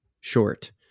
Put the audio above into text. short